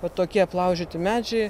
va tokie aplaužyti medžiai